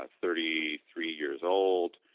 ah thirty three years old.